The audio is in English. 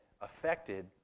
affected